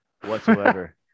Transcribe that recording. whatsoever